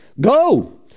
go